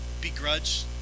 begrudge